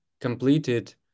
completed